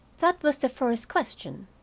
that was the first question,